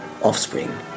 offspring